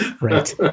Right